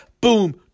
boom